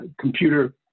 computer